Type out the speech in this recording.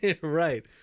Right